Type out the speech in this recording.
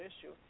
issue